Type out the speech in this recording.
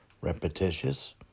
repetitious